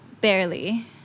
barely